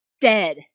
dead